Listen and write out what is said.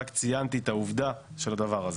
רק ציינתי את העובדה של הדבר הזה.